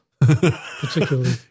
Particularly